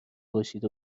باشید